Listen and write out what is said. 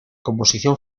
composición